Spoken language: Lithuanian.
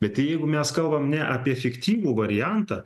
bet jeigu mes kalbam ne apie fiktyvų variantą